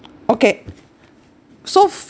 okay so